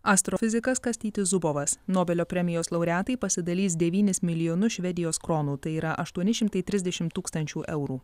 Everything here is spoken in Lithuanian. astrofizikas kastytis zubovas nobelio premijos laureatai pasidalys devynis milijonus švedijos kronų tai yra aštuoni šimtai trisdešimt tūkstančių eurų